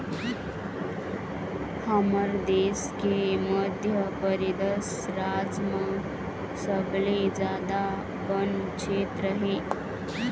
हमर देश के मध्यपरेदस राज म सबले जादा बन छेत्र हे